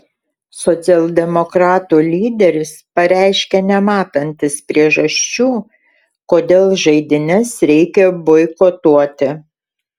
socialdemokratų lyderis pareiškė nematantis priežasčių kodėl žaidynes reikia boikotuoti